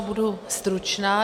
Budu stručná.